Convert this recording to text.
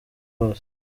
bose